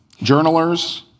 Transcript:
journalers